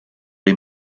les